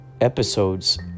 episodes